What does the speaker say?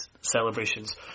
celebrations